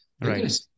Right